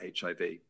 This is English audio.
HIV